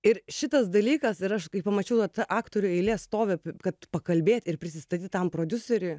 ir šitas dalykas ir aš kai pamačiau kad aktorių eilė stovi kad pakalbėt ir prisistatyt tam prodiuseriui